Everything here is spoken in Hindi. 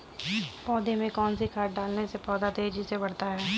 पौधे में कौन सी खाद डालने से पौधा तेजी से बढ़ता है?